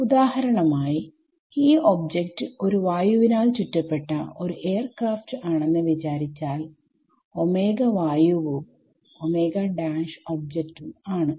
ഉദാഹരണമായി ഈ ഒബ്ജക്റ്റ് ഒരു വായുവിനാൽ ചുറ്റപ്പെട്ട ഒരു എയർക്രാഫ്റ്റ്ആണെന്ന് വിചാരിച്ചാൽ വായുവും ഒബ്ജക്റ്റും ആണ്